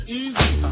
easy